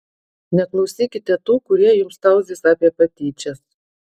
neklausykite tų kurie jums tauzys apie patyčias